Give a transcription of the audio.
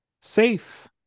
safe